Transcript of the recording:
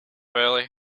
early